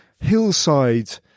hillside